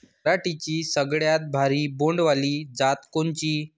पराटीची सगळ्यात भारी बोंड वाली जात कोनची?